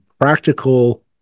practical